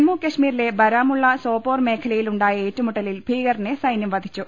ജമ്മുകശ്മീരിലെ ബാരാമുള്ള സോപോർ മേഖലയിൽ ഉണ്ടായ ഏറ്റുമുട്ടലിൽ ഭീകരനെ സൈന്യം വധിച്ചു